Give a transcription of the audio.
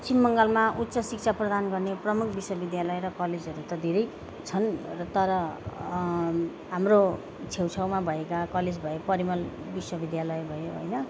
पश्चिम बङ्गालमा उच्च शिक्षा प्रदान गर्ने प्रमुख विश्वविद्यालय र कलेजहरू त धेरै छन् तर हाम्रो छेउछाउमा भएका कलेज भए परिमल विश्वविद्यालय भयो होइन